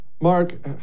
Mark